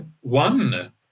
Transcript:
one